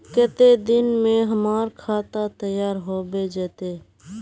केते दिन में हमर खाता तैयार होबे जते?